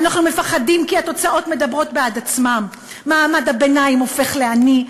אנחנו מפחדים כי התוצאות מדברות בעד עצמן: מעמד הביניים הופך לעני,